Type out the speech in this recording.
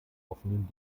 offenen